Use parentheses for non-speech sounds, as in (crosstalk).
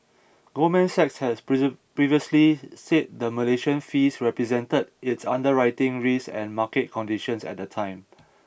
Goldman Sachs has (unintelligible) previously said the Malaysia fees represented its underwriting risks and market conditions at the time